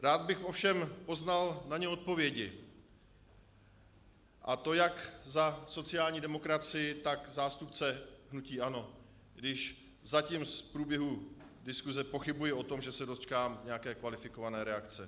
Rád bych ovšem poznal na ně odpovědi, a to jak za sociální demokracii, tak zástupce hnutí ANO, i když zatím z průběhu diskuze pochybuji o tom, že se dočkám nějaké kvalifikované reakce.